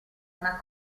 una